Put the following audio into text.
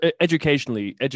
Educationally